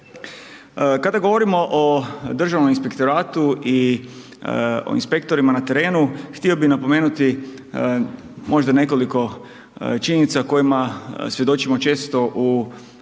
Kada govorimo o Državnom inspektoratu i o inspektorima na terenu, htio bi napomenuti možda nekoliko činjenica kojima svjedočimo često u javnosti